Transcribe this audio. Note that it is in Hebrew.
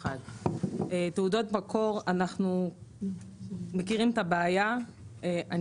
אנחנו מכירים את הבעיה של תעודות מקור,